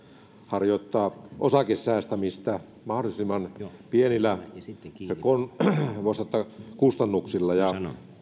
harjoittaa osakesäästämistä mahdollisimman pienillä voisi sanoa kustannuksilla ja